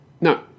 no